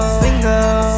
single